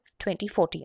2014